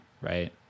right